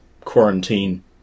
quarantine